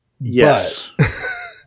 Yes